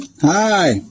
Hi